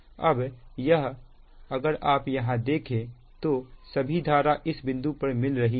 अब यह अगर आप यहां देखे तो सभी धारा इस बिंदु पर मिल रही हैं